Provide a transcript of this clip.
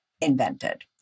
invented